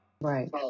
Right